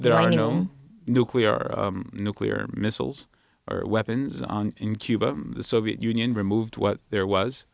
there are no nuclear nuclear missiles or weapons in cuba the soviet union removed what there was